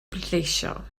bleidleisio